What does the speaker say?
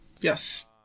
Yes